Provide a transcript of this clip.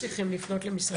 אנחנו גם צריכים לפנות למשרד